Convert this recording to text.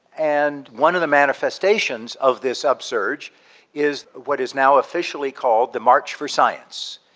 and one of the manifestations of this upsurge is what is now officially called the march for science.